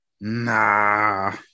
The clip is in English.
nah